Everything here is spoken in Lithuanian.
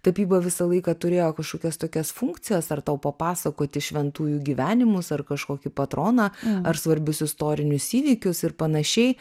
tapyba visą laiką turėjo kažkokias tokias funkcijas ar tau papasakoti šventųjų gyvenimus ar kažkokį patroną ar svarbius istorinius įvykius ir panašiai